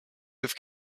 with